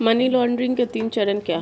Money laundering के तीन चरण क्या हैं?